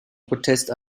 protest